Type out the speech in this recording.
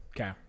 Okay